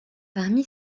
parmi